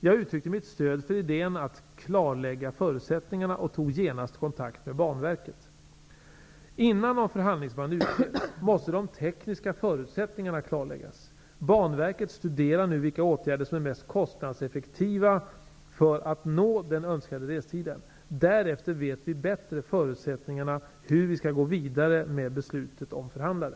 Jag uttryckte mitt stöd för idén att klarlägga förutsättningarna, och tog genast kontakt med Innan någon förhandlingsman utses, måste de tekniska förutsättningarna klarläggas. Banverket studerar nu vilka åtgärder som är mest kostnadseffektiva för att nå den önskade restiden. Därefter vet vi bättre förutsättningarna för hur vi skall gå vidare med beslutet om förhandlare.